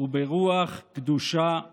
וברוח קדושה וטהרה".